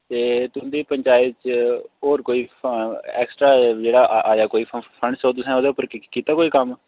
ते तुं'दी पंचायत च होर कोई एक्स्ट्रा जेह्ड़ा आया कोई फंड्स तुसें ओह्दे पर कीता कोई कम्म